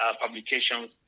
publications